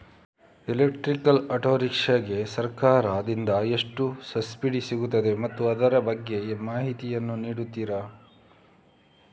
Electrical auto rickshaw ಗೆ ಸರ್ಕಾರ ದಿಂದ ಎಷ್ಟು ಸಬ್ಸಿಡಿ ಸಿಗುತ್ತದೆ ಮತ್ತು ಅದರ ಬಗ್ಗೆ ಮಾಹಿತಿ ಯನ್ನು ನೀಡುತೀರಾ?